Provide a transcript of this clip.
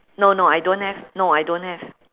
no no I don't have no I don't have